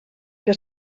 que